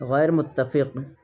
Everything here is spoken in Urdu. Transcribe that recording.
غیرمتفق